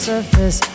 Surface